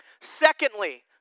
Secondly